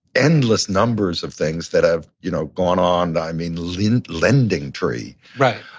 endless numbers of things that have, you know, gone on. i mean lending lending tree. right.